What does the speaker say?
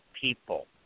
people